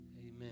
Amen